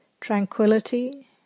tranquility